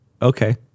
Okay